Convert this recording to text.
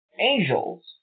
angels